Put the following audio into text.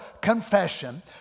confession